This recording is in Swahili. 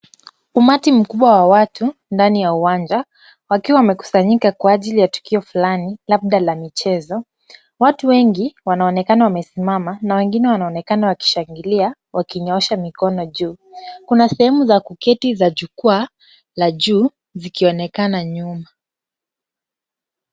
Umati mkubwa wa watu ndani ya uwanja, wakiwa wamekusanyika kwa ajili ya tukio fulani labda la michezo. Watu wengi wanaonekana wamesimama na wengine wanaonekana wakishangilia, wakinyoosha mikono juu. Kuna sehemu za kuketi za jukaa la juu zikionekana nyuma.